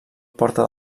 porta